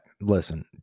listen